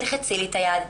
תלחצי לי את היד,